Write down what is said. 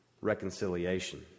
reconciliation